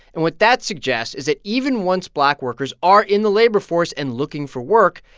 and what that suggests is that even once black workers are in the labor force and looking for work,